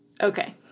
Okay